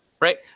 right